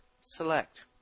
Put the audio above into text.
Select